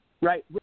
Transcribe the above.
right